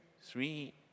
three